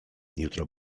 jutro